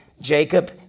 Jacob